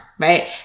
Right